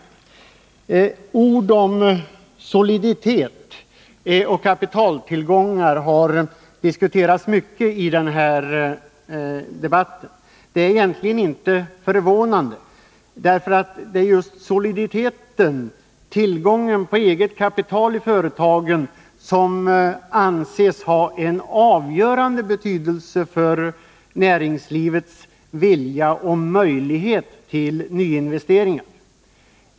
Ord som soliditet och kapitaltillgångar har diskuterats mycket i denna debatt. Det är egentligen inte förvånande, då det är just företagens soliditet, tillgången på eget kapital, som anses ha en avgörande betydelse för näringslivets vilja och möjligheter till nyinvesteringar.